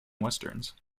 westerns